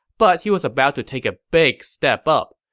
but he was about to take a big step up.